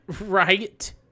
Right